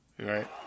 right